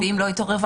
ואם זה לא התעורר?